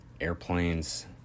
airplanes